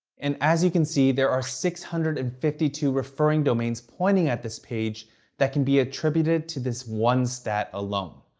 and as you can see, there are six hundred and fifty two referring domains pointing at this page that can be attributed to this one stat alone,